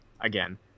Again